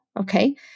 Okay